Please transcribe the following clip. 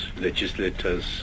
legislators